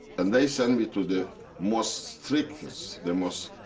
and they send me to the most strict, so the most